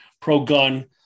pro-gun